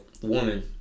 woman